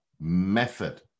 method